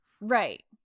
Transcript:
Right